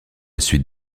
suite